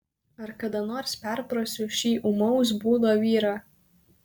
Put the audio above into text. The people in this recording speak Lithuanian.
ar kada nors perprasiu šį ūmaus būdo vyrą